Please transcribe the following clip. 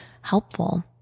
helpful